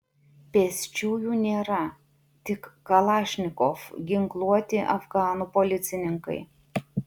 pėsčiųjų nėra tik kalašnikov ginkluoti afganų policininkai